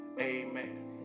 Amen